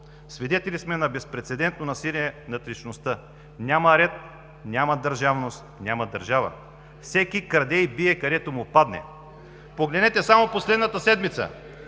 Свидетели сме на безпрецедентно насилие над личността. Няма ред, няма държавност, няма държава! Всеки краде и бие, където му падне. Погледнете само последната седмица